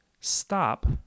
Stop